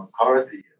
McCarthy